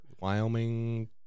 Wyoming